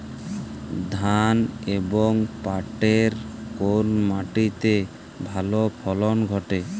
ধান এবং পাটের কোন মাটি তে ভালো ফলন ঘটে?